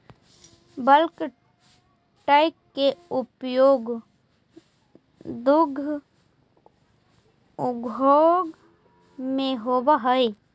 bulk tank के उपयोग दुग्ध उद्योग में होवऽ हई